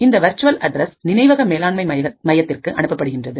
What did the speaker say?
இந்த virtual address நினைவக மேலாண்மை மையத்திற்கு அனுப்பப்படுகின்றது